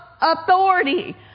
authority